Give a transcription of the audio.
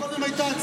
קודם הייתה הצעה,